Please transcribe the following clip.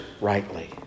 rightly